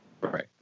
Right